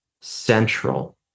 central